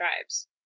tribes